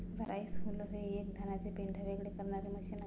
rice huller हे एक धानाचे पेंढा वेगळे करणारे मशीन आहे